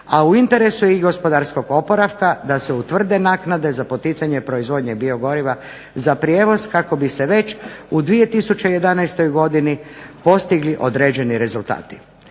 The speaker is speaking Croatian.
a u interesu je i gospodarskog oporavka da se utvrde naknade za poticanje proizvodnje biogoriva za prijevoz kako bi se već u 2011. godini postigli određeni rezultati.